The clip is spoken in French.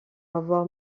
avoir